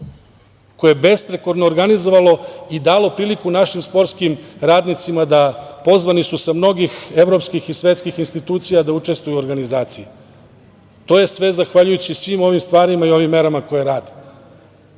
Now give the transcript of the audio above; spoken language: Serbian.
koje je besprekorno organizovalo i dalo priliku našim sportskim radnicima, pozvani su sa mnogih evropskih i svetskih institucija da učestvuju u organizaciji. To je sve zahvaljujući ovim stvarima i merama koje radimo.